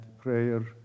prayer